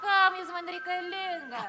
kam jis man reikalingas